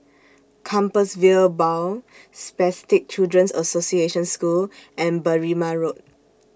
Compassvale Bow Spastic Children's Association School and Berrima Road